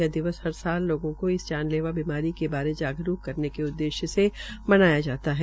यह दिवस हर साल लोगों को इस जानलेवा बीमारी के बारे जागरूक करने के उददेश्य से मनाया जाता है